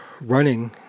running